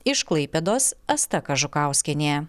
iš klaipėdos asta kažukauskienė